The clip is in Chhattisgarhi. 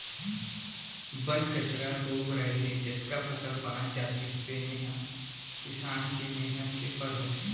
बन कचरा, रोग राई ले जतका फसल बाँच जाथे तेने ह किसान के मेहनत के फर होथे